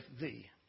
thee